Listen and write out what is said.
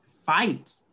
Fight